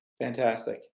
Fantastic